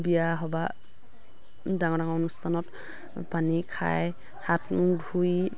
বিয়া সবাহ ডাঙৰ ডাঙৰ অনুষ্ঠানত পানী খাই হাত মুখ ধুই